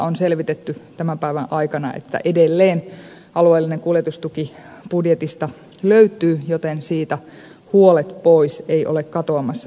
on selvitetty tämän päivän aikana että edelleen alueellinen kuljetustuki budjetista löytyy joten siitä huolet pois ei ole katoamassa minnekään